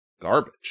Garbage